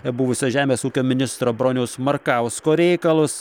buvusio žemės ūkio ministro broniaus markausko reikalus